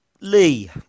Lee